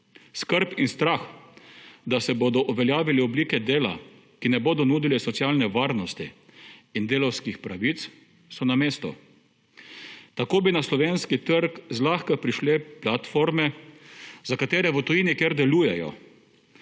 Skrb in strah, da se bodo uveljavile oblike dela, ki ne bodo nudile socialne varnosti in delavskih pravic, so na mestu. Tako bi na slovenski trg zlahka prišle platforme, za katere v tujini kjer delujejo,